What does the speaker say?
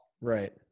Right